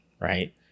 right